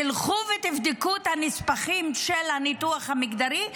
תלכו ותבדקו את הנספחים של הניתוח המגדרי,